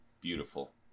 Beautiful